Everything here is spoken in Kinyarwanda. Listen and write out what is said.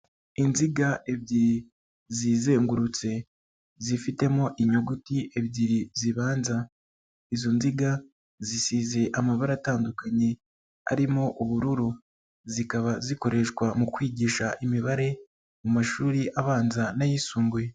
Inziga ebyiri zizengurutse zifitemo inyuguti ebyiri zibanza, izo nziga zisize amabara atandukanye arimo ubururu, zikaba zikoreshwa mu kwigisha imibare mu mashuri abanza n'ayisumbuye.